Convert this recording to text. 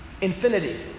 infinity